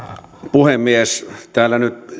puhemies täällä nyt